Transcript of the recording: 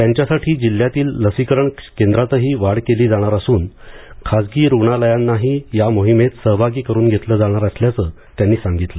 त्यांच्यासाठी जिल्ह्यातील लसीकरण केंद्रातही वाढ केली जाणार असून खासगी रुग्णालयांनाही या मोहिमेत सहभागी करून घेतलं जाणार असल्याचं त्यांनी सांगितलं